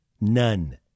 None